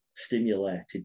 stimulated